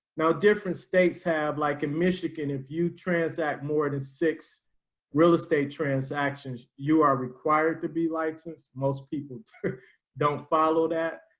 now different states have like a michigan if you transact more than six real estate transactions, you are required to be licensed. most people don't follow that.